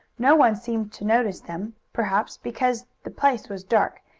no one seemed to notice them, perhaps because the place was dark,